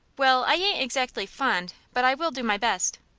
well, i ain't exactly fond, but i will do my best.